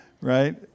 Right